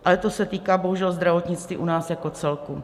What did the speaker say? Ale to se týká bohužel zdravotnictví u nás jako celku.